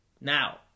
Now